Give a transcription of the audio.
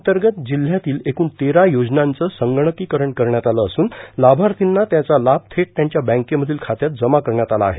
अंतर्गत जिल्ह्यातील एकूण तेरा योजनांचं संगणकीकरण करण्यात आलं असून लामार्थिना त्याचा लाम येट त्यांच्या बँकेमधील खात्यात जमा करण्यात आला आहे